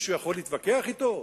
מישהו יכול להתווכח אתו?